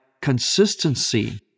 consistency